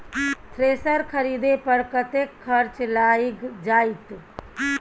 Thresher खरीदे पर कतेक खर्च लाईग जाईत?